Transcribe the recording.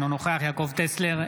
אינו נוכח יעקב טסלר,